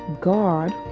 God